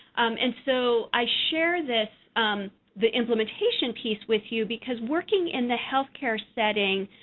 and so, i share this the implementation piece with you because working in the health care setting,